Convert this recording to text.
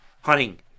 hunting